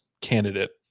candidate